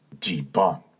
Debunk